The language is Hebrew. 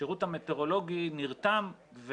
השירות המטאורולוגי נרתם.